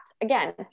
Again